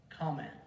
comment